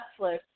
Netflix